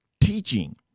teaching